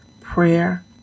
prayer